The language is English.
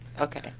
okay